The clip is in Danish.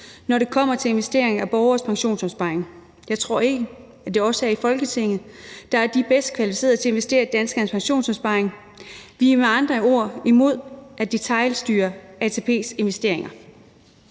når det kommer til investeringer af borgeres pensionsopsparing. Jeg tror ikke, at det er os her i Folketinget, der er de bedst kvalificerede til at investere danskernes pensionsopsparing. Vi er med andre ord imod at detailstyre ATP's investeringer.